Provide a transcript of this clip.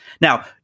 Now